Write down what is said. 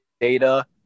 data